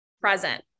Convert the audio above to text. present